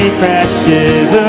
crashes